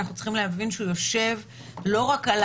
אנחנו צריכים להבין שהוא יושב לא רק על